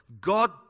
God